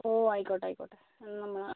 ഓ ആയിക്കോട്ടെ ആയിക്കോട്ടെ എന്നാൽ നമ്മൾ